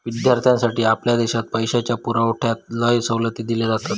विद्यार्थ्यांसाठी आपल्या देशात पैशाच्या पुरवठ्यात लय सवलती दिले जातत